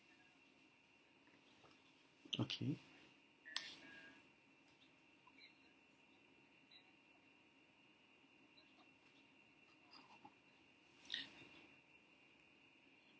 okay